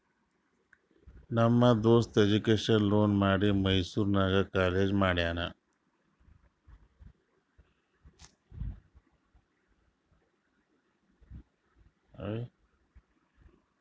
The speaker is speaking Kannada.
ನಮ್ ದೋಸ್ತ ಎಜುಕೇಷನ್ ಲೋನ್ ಮಾಡಿ ಮೈಸೂರು ನಾಗ್ ಕಾಲೇಜ್ ಮಾಡ್ಯಾನ್